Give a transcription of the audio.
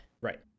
Right